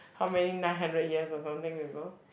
how many nine hundred years or something you know